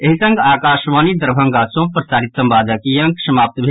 एहि संग आकाशवाणी दरभंगा सँ प्रसारित संवादक ई अंक समाप्त भेल